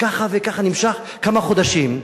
ככה זה נמשך כמה חודשים.